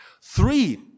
Three